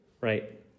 right